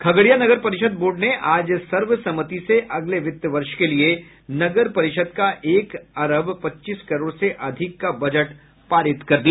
खगड़िया नगर परिषद् बोर्ड ने आज सर्वसम्मति से अगले वित्त वर्ष के लिये नगर परिषद् का एक अरब पच्चीस करोड़ से अधिक का बजट पारित कर दिया